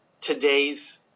today's